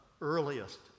earliest